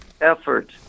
effort